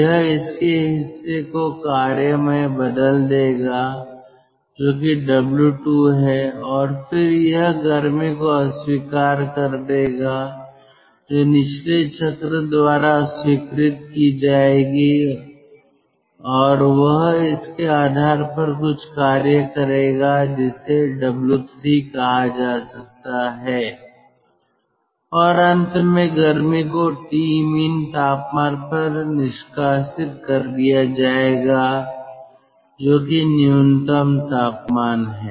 यह इसके हिस्से को कार्य में बदल देगा जो कि W2 है और फिर यह गर्मी को अस्वीकार कर देगा जो निचले चक्र द्वारा स्वीकृत की जाएगी और वह इसके आधार पर कुछ कार्य करेगा जिसे W3 कहां जा सकता है और अंत में गर्मी को Tmin तापमान पर निष्कासित कर दिया जाएगा जो कि न्यूनतम तापमान है